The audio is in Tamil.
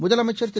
முதலமைச்சர் திரு